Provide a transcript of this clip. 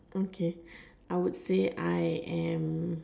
okay I would say I am